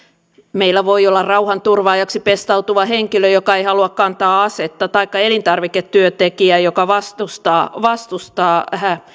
meillä voi olla rauhanturvaajaksi pestautuva henkilö joka ei halua kantaa asetta taikka elintarviketyöntekijä joka vastustaa vastustaa